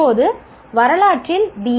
இப்போது வரலாற்றில் பி